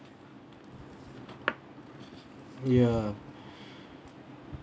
ya